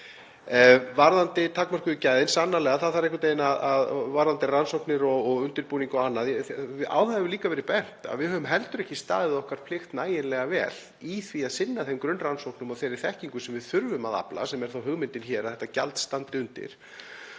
Varðandi takmörkuðu gæðin, sannarlega, það þarf einhvern veginn varðandi rannsóknir og undirbúning og annað — á það hefur líka verið bent að við höfum heldur ekki staðið okkar plikt nægilega vel í því að sinna þeim grunnrannsóknum og þeirri þekkingu sem við þurfum að afla, sem er þá hugmyndin hér að þetta gjald standi undir.